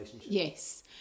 yes